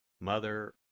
Mother